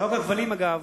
חוק הכבלים אגב,